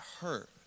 hurt